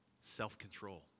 self-control